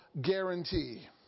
guarantee